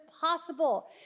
possible